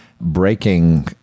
breaking